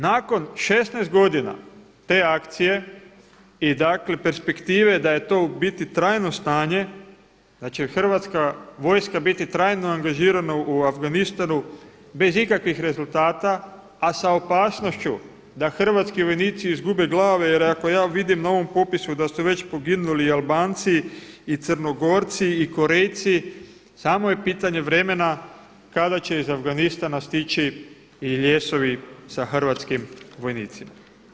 Nakon 16 godina te akcije i dakle perspektive da je to u biti trajno stanje da će hrvatska vojska biti trajno angažirana u Afganistanu bez ikakvih rezultata a sa opasnošću da hrvatski vojnici izgube glave, jer ako ja vidim na ovom popisu da su već poginuli Albanci, i Crnogorci, i Korejci samo je pitanje vremena kada će iz Afganistana stići i ljesovi sa hrvatskim vojnicima.